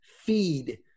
feed